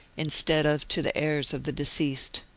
instead of to the heirs of the deceased.